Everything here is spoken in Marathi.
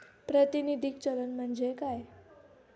प्रातिनिधिक चलन म्हणजे काय?